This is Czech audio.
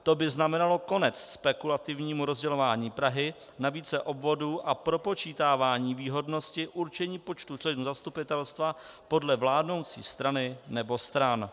To by znamenalo konec spekulativnímu rozdělování Prahy na více obvodů a propočítávání výhodnosti určení počtu členů zastupitelstva podle vládnoucí strany nebo stran.